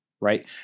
Right